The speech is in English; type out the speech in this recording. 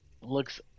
Looks